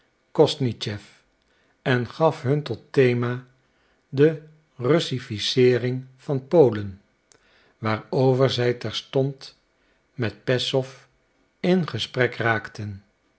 kosnischew en gaf hun tot thema de russificeering van polen waarover zij terstond met peszow in gesprek geraakten